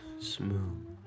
Smooth